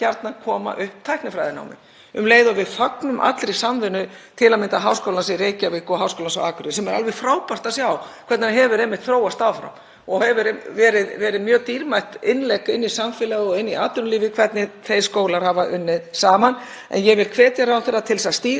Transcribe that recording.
Það hefur verið mjög dýrmætt innlegg inn í samfélagið og inn í atvinnulífið hvernig þeir skólar hafa unnið saman. En ég vil hvetja ráðherra til að stíga skrefið af því að þetta liggur skýrt fyrir: Háskólinn á Akureyri vill koma upp tæknifræðinámi. Þá eigum við einfaldlega að segja: Já, við ætlum að styðja hann til þess.